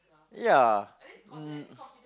ya um